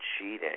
cheating